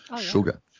sugar